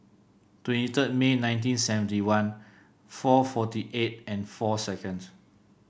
twenty third May nineteen seventy one four forty eight and four seconds